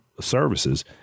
services